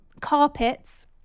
carpets